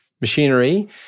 machinery